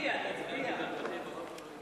חובת מתן הודעה מוקדמת לפני ביצוע פעולה),